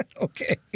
Okay